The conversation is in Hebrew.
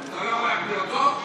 אתה, עכשיו היה לך גילוי אליהו.